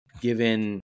given